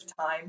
time